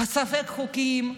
ספק-חוקיים.